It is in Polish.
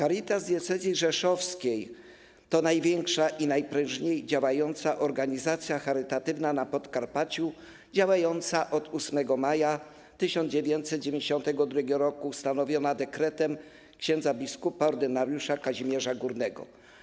Caritas Diecezji Rzeszowskiej to największa i najprężniej działająca organizacja charytatywna na Podkarpaciu, działająca od 8 maja 1992 r., ustanowiona dekretem ks. bp. ordynariusza Kazimierza Górnego.